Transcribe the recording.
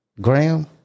Graham